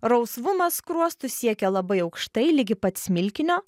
rausvumas skruostų siekia labai aukštai ligi pat smilkinio